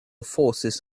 forces